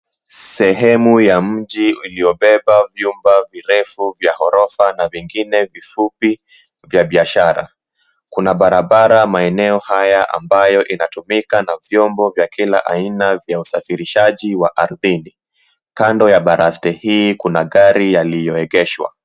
Sehemu ya mji uliobeba vyumba virefu vya ghorofa na vingine vifupi vya biashara, kuna barabara maeneo haya ambayo inatumika na vyombo vya kila aina vya usafirishaji wa ardhini, kando ya baraste hii kuna gari yaliyoegeshwa.